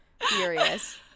Furious